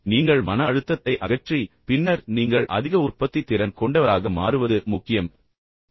நீங்கள் மன அழுத்தத்தை அகற்றி பின்னர் நீங்கள் அதிக உற்பத்தித் திறன் கொண்டவராக மாறுவது முக்கியம் நீங்கள் அதைப் பற்றி யோசித்திருக்கிறீர்களா